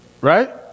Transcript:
right